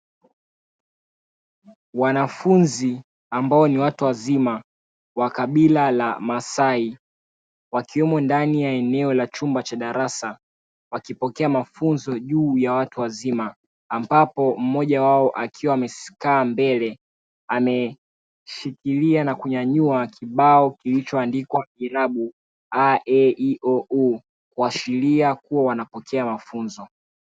Wanafunzi ambao ni watu wazima wa kabila la Maasai, wakiwemo ndani ya eneo la chumba cha darasa, wakipokea mafunzo juu ya elimu ya watu wazima, ambapo mmoja wao akiwa amekaa mbele ameshikilia na kunyanyua kibao kilichoandikwa irabu a e i o u, wakionyesha kuwa wanapokea mafunzo.